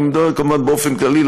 אני מדבר כמובן באופן כללי,